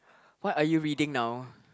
what are you reading now